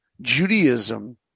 Judaism